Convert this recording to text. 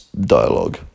dialogue